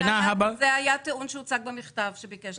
זה היה טיעון שהוצג במכתב שביקש.